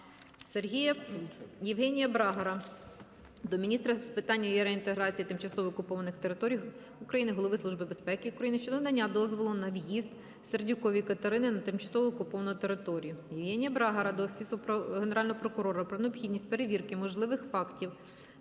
Євгенія Брагара до міністра з питань реінтеграції тимчасово окупованих територій України, Голови Служби безпеки України щодо надання дозволу на в'їзд Сердюкової Катерини на тимчасово окуповану територію. Євгенія Брагара до Офісу Генерального прокурора про необхідність перевірки можливих фактів